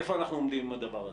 איפה אנחנו עומדים עם הדבר הזה?